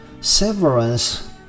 Severance